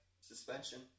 Suspension